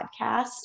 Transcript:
podcast